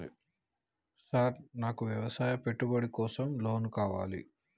Sir నాకు వ్యవసాయ పెట్టుబడి కోసం లోన్ కావాలి?